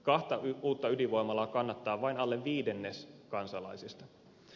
kahta uutta voimalaa kannattaa vain alle viidennes kansalaisista